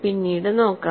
പിന്നീട് നോക്കാം